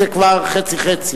זה כבר חצי-חצי,